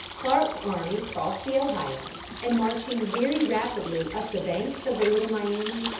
clarke's army crossed the ohio, and marching very rapidly up the banks of the little miami,